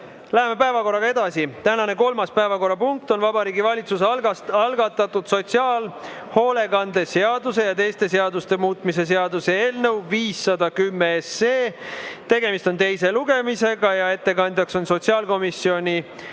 Läheme päevakorraga edasi. Tänane kolmas päevakorrapunkt on Vabariigi Valitsuse algatatud sotsiaalhoolekande seaduse ja teiste seaduste muutmise seaduse eelnõu 510 teine lugemine. Ettekandja on sotsiaalkomisjoni